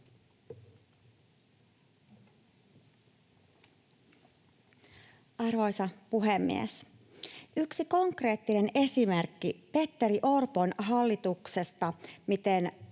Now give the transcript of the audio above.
Arvoisa puhemies! Yksi konkreettinen esimerkki Petteri Orpon hallituksesta siitä,